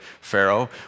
Pharaoh